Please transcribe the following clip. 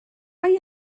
mae